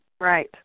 Right